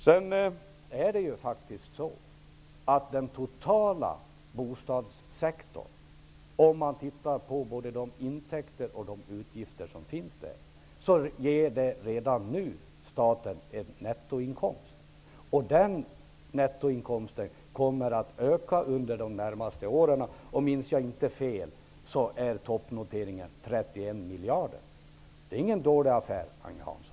Om man ser på intäkter och utgifter på den totala bostadssektorn, ser man redan nu att staten får en nettoinkomst. Den nettoinkomsten kommer att öka under de närmaste åren. Om jag inte minns fel är toppnoteringen 31 miljarder kronor. Det är ingen dålig affär, Agne Hansson.